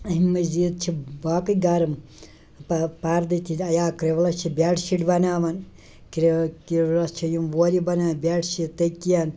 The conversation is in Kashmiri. اَمہِ مٔزید چھِ باقٕے گَرٕم پہ پردٕ تہِ یا کِرٛولَس چھِ بٮ۪ڈ شیٖٹ بناوَن کِرٛ کِرٛولَس چھِ یِم وورِ بنان بٮ۪ڈ شیٖٹ تٔکِیَن